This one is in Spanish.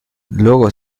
luego